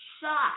shot